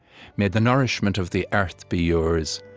may the nourishment of the earth be yours,